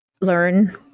learn